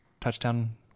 touchdown